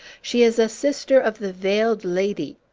she is a sister of the veiled lady.